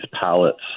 pallets